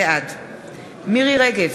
בעד מירי רגב,